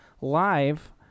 live